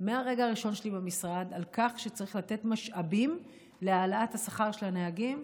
מהרגע הראשון שלי במשרד על כך שצריך לתת משאבים להעלאת השכר של הנהגים,